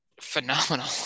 phenomenal